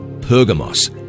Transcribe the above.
Pergamos